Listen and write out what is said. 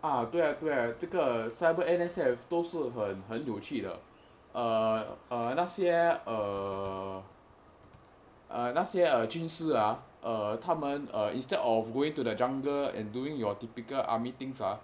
啊对对这个 cyber N_S_F 都是很有趣的呃呃那些呃那些而军事啊呃他们:dou shi hen you qu de eai eai nei xie eai nei xie erneng jun shi a eai ta men err instead of going to the jungle and doing your typical army things ah